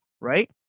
right